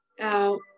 Out